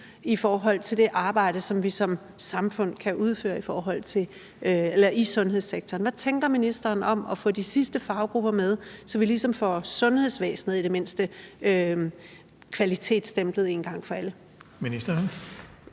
i forhold til det arbejde, som vi som samfund kan udføre i sundhedssektoren. Hvad tænker ministeren om at få de sidste faggrupper med, så vi i det mindste ligesom får sundhedsvæsenet kvalitetsstemplet en gang for alle?